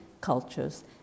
cultures